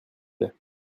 plait